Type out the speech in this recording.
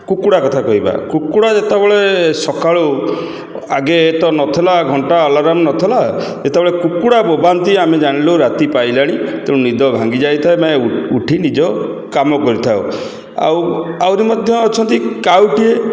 କୁକୁଡ଼ା କଥା କହିବା କୁକୁଡ଼ା ଯେତେବେଳେ ସକାଳୁ ଆଗେ ତ ନଥିଲା ଘଣ୍ଟା ଆଲାର୍ମ୍ ନଥିଲା ଯେତେବେଳେ କୁକୁଡ଼ା ବୋବାନ୍ତି ଆମେ ଜାଣିଲୁ ରାତି ପାହିଲାଣି ତେଣୁ ନିଦ ଭାଙ୍ଗି ଯାଇଥାଏ ଆମେ ଉଠି ନିଜ କାମ କରିଥାଉ ଆଉ ଆହୁରି ମଧ୍ୟ ଅଛନ୍ତି କାଉଟିଏ